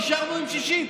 נשארנו עם שישית,